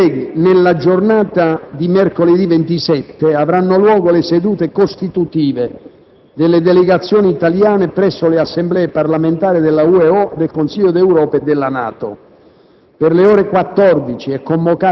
Onorevoli colleghi, nella giornata di mercoledì 27 settembre 2006 avranno luogo le sedute costitutive delle delegazioni italiane presso le Assemblee parlamentari dell'UEO, del Consiglio d'Europa e della NATO.